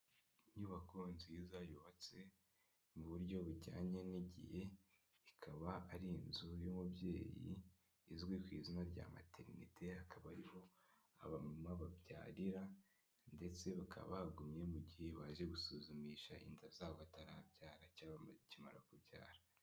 Inyubako nziza yubatse mu buryo bujyanye n'igihe ikaba ari inzu y'umubyeyi izwi ku izina rya materinete hakaba ariho abamama babyarira ndetse bakaba bahagumye mu gihe baje gusuzumisha inda zabo batarabyara cyangwa bakimara kubyara.